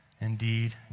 Indeed